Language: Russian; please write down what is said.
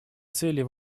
целей